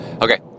okay